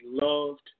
loved